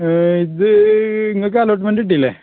ഇത് നിങ്ങൾക്ക് അലോട്ട്മെൻ്റ് കിട്ടിയില്ലേ